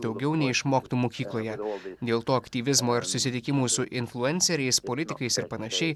daugiau nei išmoktų mokykloje dėl to aktyvizmo ir susitikimų su influenceriais politikais ir panašiai